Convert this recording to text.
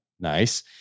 Nice